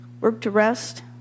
Work-to-rest